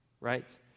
right